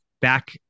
back